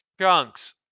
chunks